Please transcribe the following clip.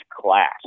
class